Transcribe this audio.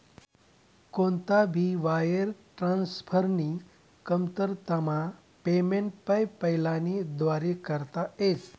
कोणता भी वायर ट्रान्सफरनी कमतरतामा पेमेंट पेपैलना व्दारे करता येस